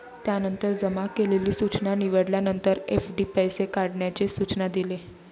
त्यानंतर जमा केलेली सूचना निवडल्यानंतर, एफ.डी पैसे काढण्याचे सूचना दिले